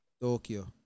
Tokyo